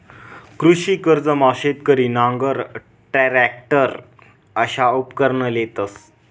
कृषी कर्जमा शेतकरी नांगर, टरॅकटर अशा उपकरणं लेतंस